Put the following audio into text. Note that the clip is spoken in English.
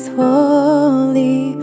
holy